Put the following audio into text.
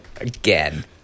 again